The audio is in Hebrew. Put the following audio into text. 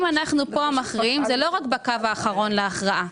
אם אנחנו פה מכריעים זה לא רק בקו האחרון להכרעה,